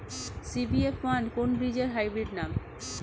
CBF one কোন বীজের hybrid নাম?